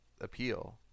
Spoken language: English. appeal